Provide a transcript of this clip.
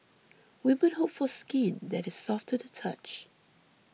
women hope for skin that is soft to the touch